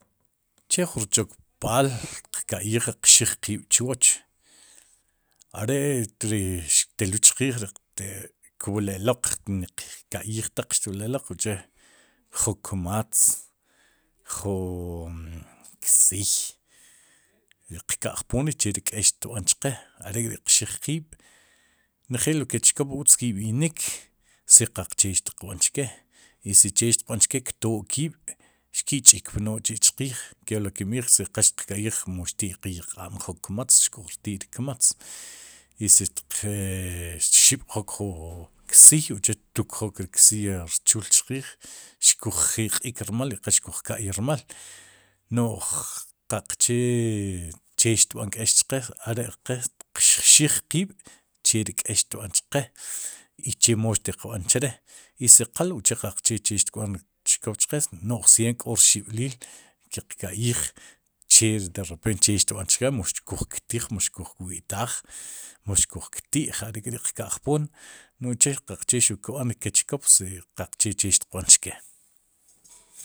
Che jun rchukb'aal qka'yij i qxij qiib'chwoch, are tli xtelul chqiij, ri te xku'blelaq ni xtiq ka'yij taq ataq xtule'laq uche jun kmatz ju ksiy qka'jpoon cheri k'eex xtb'an chqe are'k'ri'xtiq xij qiib' njeel lo ke chkoop utz ki'b'inik si qaqchee xtiq b'aan chke i si che xtiq b'an cheke ktoo kiib' xki'ch'kpnook chi' chqiij kepli kin'b'iij si qal xtiq ka'yij xtiq yq'a nelo jun kmatz xkuj rtii ri kmatz, i si xtiq xib'jok jun ksiy uche xtukjok ri ksiy rchul chqiij xkuj jiq'iik rmal i qa xkuj ka'yrmal no'j qaqche che xtb'an k'ex chqe are'qe xtiq xij qiib' cheri k'eex xtb'an chqe ichomo xtiq b'an chre i si qal uche qache che xtb'an chkop chqe no'j simpre k'o rxib'lil kiq ka'yij che ri derepente che xtbán chke muxkuj ktiij mu xkuj kwi'taaj mu xkuj kti'j are'k'ri'qka'jpoom no'j uche xuq qaqche che kb'an ri chkop si qaqche che xtiq b'an chke.